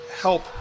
help